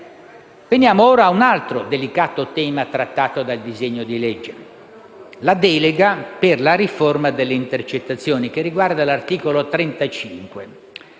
Veniamo ora a un altro delicato tema trattato dal disegno di legge: la delega per la riforma delle intercettazioni, che riguarda l'articolo 35.